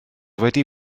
wedi